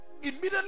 Immediately